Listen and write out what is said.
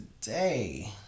today